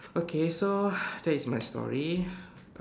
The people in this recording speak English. okay so that is my story